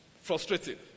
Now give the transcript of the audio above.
Frustrating